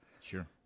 Sure